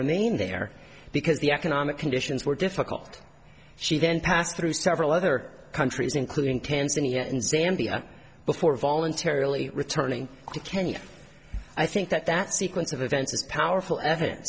remain there because the economic conditions were difficult she then passed through several other countries including tanzania and zambia before voluntarily returning to kenya i think that that sequence of events is powerful eviden